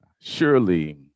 Surely